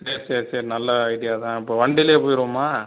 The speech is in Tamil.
சரி சரி நல்ல ஐடியாதான் இப்போது வண்டிலேயே போயிடுவோமா